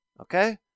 Okay